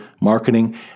marketing